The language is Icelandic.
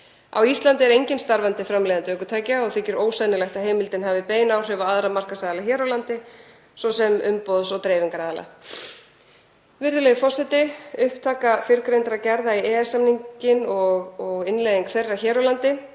Á Íslandi er enginn starfandi framleiðandi ökutækja og þykir ósennilegt að heimildin hafi bein áhrif á aðra markaðsaðila hér á landi, t.d. umboðs- og dreifingaraðila. Virðulegi forseti. Upptaka fyrrgreindra gerða í EES-samninginn og innleiðing þeirra hér á landi